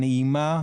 נעימה,